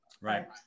Right